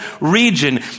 region